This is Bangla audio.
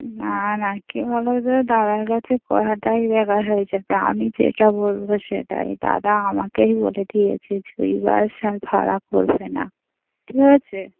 না না কি বলুন তো দাদার কাছে করাটাই ব্যাপার হয়েছে এবারে আমি যেটা বলবো সেটাই দাদা আমাকেই বলে দিয়েছে যে ওই বাস আর ভাড়া করবে না ঠিক আছে